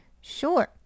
sure